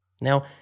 Now